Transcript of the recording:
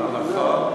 נכון.